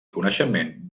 coneixement